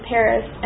Paris